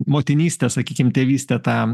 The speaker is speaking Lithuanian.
motinystę sakykim tėvystę tą